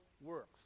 works